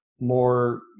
more